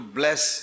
bless